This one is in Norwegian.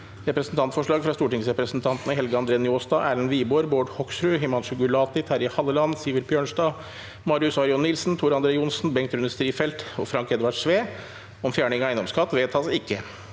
Representantforslag fra stortingsrepresentantene Helge André Njåstad, Erlend Wiborg, Bård Hoksrud, Himanshu Gulati, Terje Halleland, Sivert Bjørnstad, Marius Arion Nilsen, Tor André Johnsen, Bengt Rune Strifeldt og Frank Edvard Sve om fjerning av eiendomsskatt (Innst.